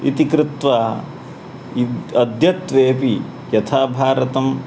इति कृत्वा इद् अद्यत्वेपि यथा भारतम्